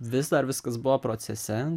vis dar viskas buvo procese